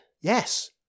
Yes